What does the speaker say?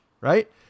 right